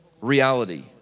reality